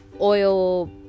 oil